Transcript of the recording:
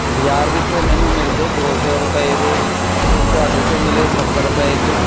ਬਾਜ਼ਾਰ ਵਿੱਚੋਂ ਉਹ ਮੈਨੂੰ ਮਿਲਦੇ ਦੋ ਸੌ ਰੁਪਏ ਦੇ ਅਤੇ ਤੁਹਾਡੇ ਤੋਂ ਮਿਲੇ ਸੱਤਰ ਰੁਪਏ 'ਚ